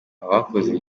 abakoze